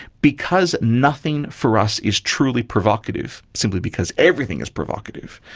because nothing for us is truly provocative, simply because everything is provocative,